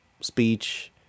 speech